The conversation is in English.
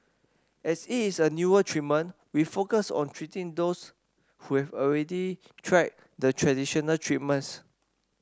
as it is a newer treatment we focus on treating those who have already tried the traditional treatments